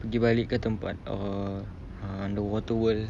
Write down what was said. pergi balik ke tempat err underwater world